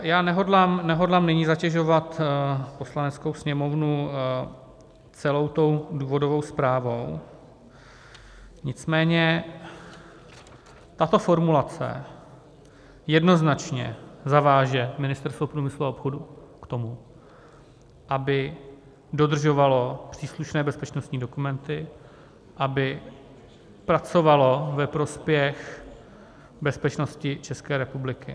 Já nehodlám nyní zatěžovat Poslaneckou sněmovnu celou tou důvodovou zprávou, nicméně tato formulace jednoznačně zaváže Ministerstvo průmyslu a obchodu k tomu, aby dodržovalo příslušné bezpečnostní dokumenty, aby pracovalo ve prospěch bezpečnosti České republiky.